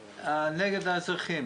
לקבל את הדברים המינימליים.